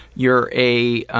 you're a